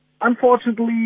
Unfortunately